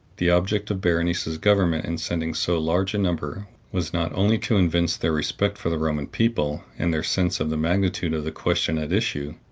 the object of berenice's government in sending so large a number was not only to evince their respect for the roman people, and their sense of the magnitude of the question at issue,